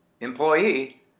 employee